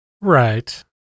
right